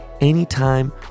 anytime